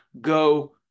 go